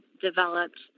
developed